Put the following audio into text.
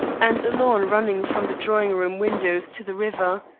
and a lawn running from the drawing-room windows to the river.